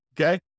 Okay